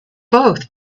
both